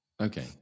Okay